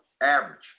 average